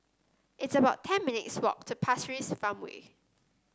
it's about ten minutes' walk to Pasir Ris Farmway